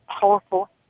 powerful